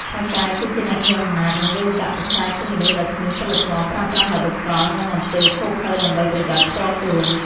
ថៅកែគឺជាអ្នកមានអំណាច និងលុយកាក់ ប៉ុន្តែជាមនុស្សដែលគ្មានសីលធម៌ ប្រើប្រាស់ល្បិចកល និងអំពើឃោរឃៅដើម្បីប្រយោជន៍ផ្ទាល់ខ្លួន។